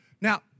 Now